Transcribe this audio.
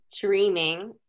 dreaming